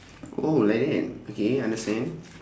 oh like that okay understand